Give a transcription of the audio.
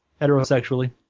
Heterosexually